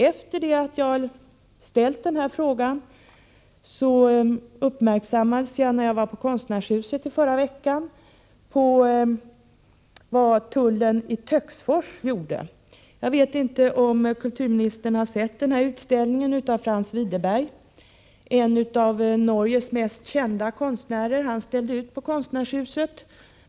Efter det att jag ställt denna fråga gjordes jag i konstnärshuset i förra veckan uppmärksam på vad tullen i Töcksfors gjort. Jag vet inte om kulturministern har sett utställningen av Franz Widerberg, en av Norges mest kända konstnärer. Han ställde ut på konstnärshuset.